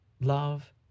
Love